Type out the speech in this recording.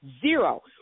Zero